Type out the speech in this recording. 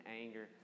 anger